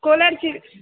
Kolar G